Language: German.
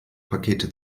pakete